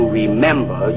remember